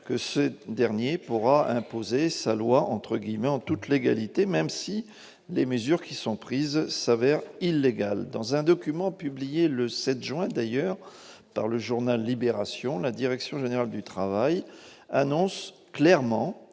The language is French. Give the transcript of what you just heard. que ce dernier pourra imposer sa « loi » en toute légalité, même si les mesures qui sont prises se révèlent illégales. D'ailleurs, dans un document publié le 7 juin dernier par le journal, la Direction générale du travail annonce clairement